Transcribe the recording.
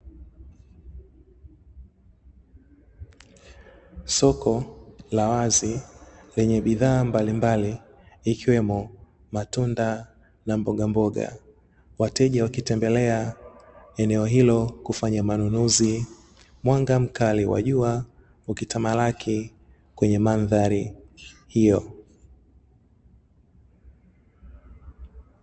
Soko la wazi, lenye bidhaa mbalimbali, ikiwemo; matunda na mbogamboga, wateja wakitembelea eneo hilo kufanya manunuzi. Mwanga mkali wa jua ukitamalaki kwenye mandhari hiyo.